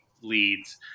leads